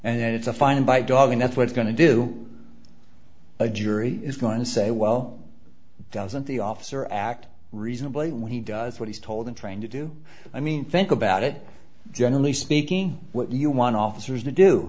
and it's a fine by dogging that's what's going to do a jury is going to say well doesn't the officer act reasonably when he does what he's told and trying to do i mean think about it generally speaking what you want officers